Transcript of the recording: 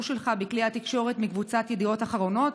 שלך בכלי התקשורת מקבוצת ידיעות אחרונות,